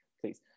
please